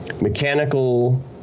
mechanical